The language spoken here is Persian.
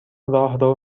راهرو